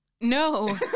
no